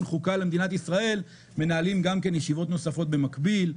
חוקה למדינת ישראל מנהלים ישיבות נוספות במקביל.